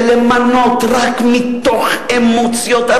של למנות רק מתוך אמוציות.